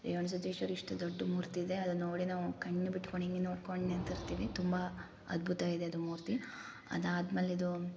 ರೇವಣ ಸಿದ್ದೇಶ್ವರ ಇಷ್ಟು ದೊಡ್ಡ ಮೂರ್ತಿಯಿದೆ ಅಲ್ನೋಡಿ ನಾವು ಕಣ್ಣು ಬಿಟ್ಕೊಂಡು ಹಿಂಗೆ ನೋಡ್ಕೊಂಡು ನಿಂತಿರ್ತಿವಿ ತುಂಬ ಅದ್ಬುತಾಗಿದೆ ಅದು ಮೂರ್ತಿ ಅದಾದ್ಮೇಲೆ ಇದು